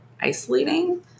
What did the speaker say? isolating